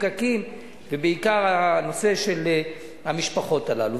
פקקים ובעיקר הנושא של המשפחות הללו.